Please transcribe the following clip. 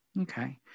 Okay